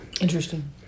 interesting